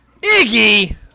Iggy